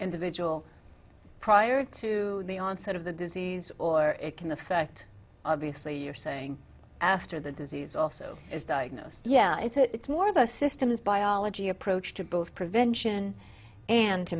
individual prior to the onset of the disease or it can affect obviously you're saying after the disease also is diagnosed yeah it's a it's more of a systems biology approach to both prevention and to